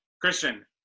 Christian